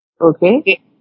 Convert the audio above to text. Okay